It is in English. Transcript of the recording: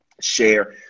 share